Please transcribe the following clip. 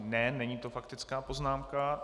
Ne, není to faktická poznámka.